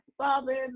Father